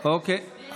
אוקיי.